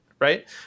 right